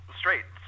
straight